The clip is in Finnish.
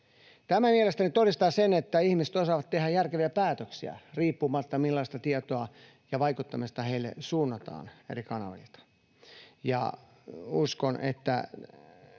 Tämä mielestäni todistaa sen, että ihmiset osaavat tehdä järkeviä päätöksiä riippumatta, millaista tietoa ja vaikuttamista heille suunnataan eri kanavilta,